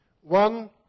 One